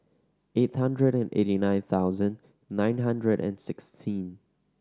eight hundred and eighty nine thousand nine hundred and sixteen